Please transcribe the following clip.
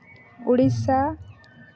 Odisha